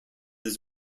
his